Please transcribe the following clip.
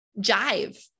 jive